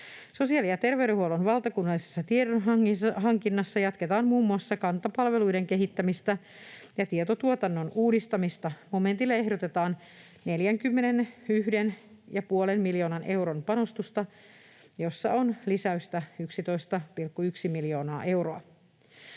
Sosiaali‑ ja terveydenhuollon valtakunnallisessa tiedonhankinnassa jatketaan muun muassa Kanta-palveluiden kehittämistä ja tietotuotannon uudistamista. Momentille ehdotetaan 41,5 miljoonan euron panostusta, jossa on lisäystä 11,1 miljoonaa euroa.